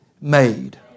made